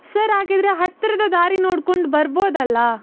sir ಹಾಗಿದ್ರೆ ಹತ್ತಿರದ ದಾರಿ ನೋಡ್ಕೊಂಡು ಬರ್ಬೋದಲ್ವಾ